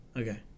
Okay